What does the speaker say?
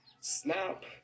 snap